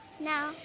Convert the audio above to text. No